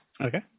Okay